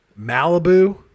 Malibu